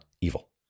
evil